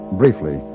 briefly